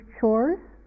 chores